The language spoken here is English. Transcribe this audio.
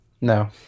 no